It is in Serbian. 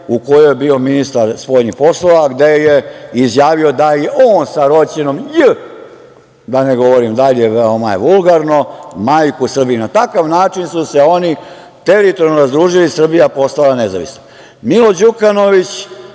u kojoj je bio ministar spoljnih poslova, gde je izjavio da i on sa Roćenom j… da ne govorim dalje, veoma je vulgarno, majku Srbima. Na takav način su se oni teritorijalno razdružili i Srbija postala nezavisna. Milo Đukanović